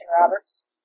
Roberts